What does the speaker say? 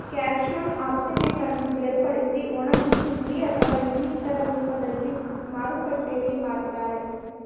calcium ಆರ್ಸಿನೇಟನ್ನು ಬೇರ್ಪಡಿಸಿ ಒಣಗಿಸಿ ಹುಡಿ ಅಥವಾ ಇನ್ನಿತರ ರೂಪ್ದಲ್ಲಿ ಮಾರುಕಟ್ಟೆಲ್ ಮಾರ್ತರೆ